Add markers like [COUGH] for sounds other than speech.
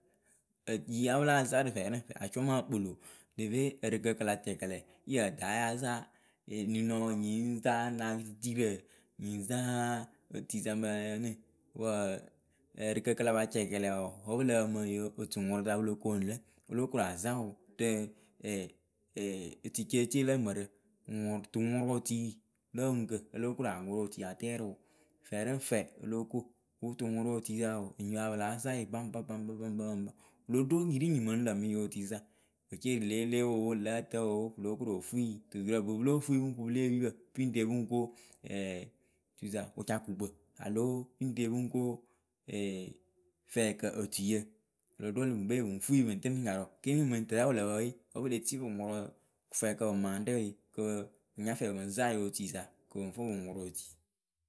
[HESITATION] yɩ pɨla zaŋ rɨ fɛnɨ acʊma kpɨlo veve ǝrɨkǝ kɨ la cɛkɛlɛ ɨyǝtayazaŋ eninɔ nyii ŋ ta nakʊtitirǝ nyizaŋ otuisa mǝyǝnǝ wǝ ǝrɨkǝ kɨ lapa cɛkɛlɛ wɔɔ wǝ pɨlǝ pǝmɨ yɨ otuŋʊrʊyɩsa pɨlo koŋlǝ o lóo korazaŋwɨ rɨ [HESITATION] ticeece lǝ mǝrǝ ŋwɨ tuŋʊretii loŋuŋkǝ olokora ŋʊrʊ etui atɛrɨwʊ fɛrɨŋfɛ o lóo ko wɨ tuŋʊrʊ otuisa enyipǝ ya pɨ láa zaŋ wɨ baŋba baŋba baŋba wɨlo ɖo nyiriŋnyi mɨŋ lǝǝmɨ yotuisa kece lě leepǝ oo lǝ̌ ǝtǝpǝ oo pɨlo korofui duturǝ bɨ pɨlo fui pɨŋ kuŋ pɨle epiipǝ pɨŋ re pɨŋ ko [HESITATION] tusa wɨcakukpǝ aloo pɨŋ re pɨŋ ko [HESITATION] fkǝ otuiyǝ. wɨlo ɖo lɨŋkpe bɨŋ fuiyɨ pɨŋ tɨnɨ rɨ nyarʊ kiniŋ mɨŋ tɨrɛ wɨ lǝ pǝwe wǝ pɨle tipɨ pɨ ŋʊrʊ kɨwkǝ pɨ maŋrɛwe kɨ pɨ nyafɛ pɨŋ zaŋ yotuisa kɨ pɨŋ fɨ pɨŋ ŋʊrʊ etui.